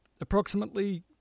approximately